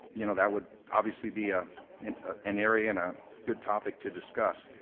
you know, that would obviously be ah and ah an area and a good topic to discuss.